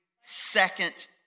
second